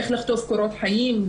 איך לכתוב קורות חיים,